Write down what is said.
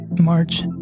March